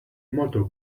motor